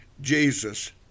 Jesus